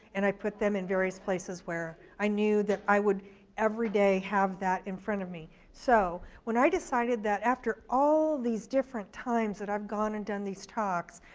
and i put them in various places where i knew that i would every day have that in front of me. so when i decided that after all these different times that i've gone and done these talks,